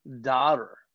daughter